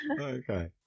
Okay